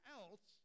else